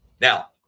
Now